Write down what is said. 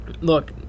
Look